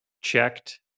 checked